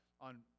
on